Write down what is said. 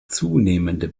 zunehmende